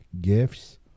gifts